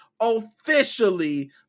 officially